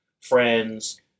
friends